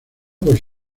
por